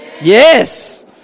Yes